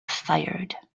fired